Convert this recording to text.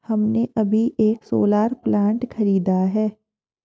हमने अभी एक सोलर प्लांट खरीदा है